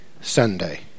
Sunday